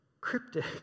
cryptic